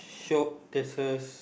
shop there's a